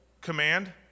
command